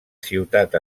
ciutat